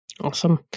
Awesome